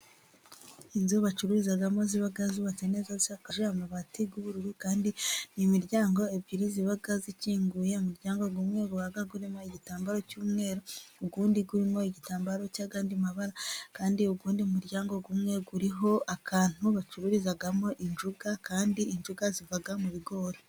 Inzu bacururizagamo ziba zubatse neza zisakaje amabati y' ubururu kandi ni miryango ebyiri ziba zikinguye, umuryango umwe urimo igitambaro cy' umweru, undi urimo igitambaro cy' andi mabara kandi uw' undi muryango umwe uriho akantu bacururizagamo injugu; kandi injugu ziva mu bigori.